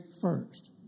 first